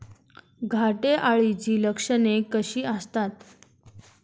घाटे अळीची लक्षणे कशी असतात?